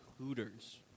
Hooters